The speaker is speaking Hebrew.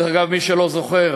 דרך אגב, מי שלא זוכר,